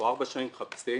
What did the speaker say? אנחנו ארבע שנים מחפשים.